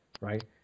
right